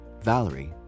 Valerie